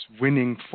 winning